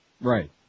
Right